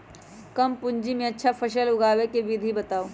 कम पूंजी में अच्छा फसल उगाबे के विधि बताउ?